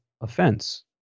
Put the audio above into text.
offense